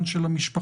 בהסכמה של ההורים.